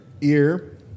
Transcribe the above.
Ear